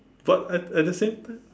but at at the same time